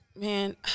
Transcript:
man